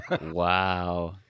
Wow